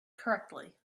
correctly